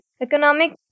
economic